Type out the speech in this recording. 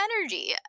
energy